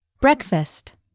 Breakfast